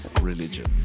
Religion